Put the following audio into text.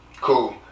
Cool